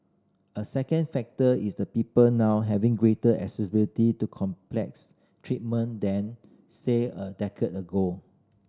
a second factor is that people now have greater accessibility to complex treatment than say a decade ago